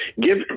give